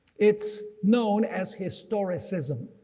it's known as historicism.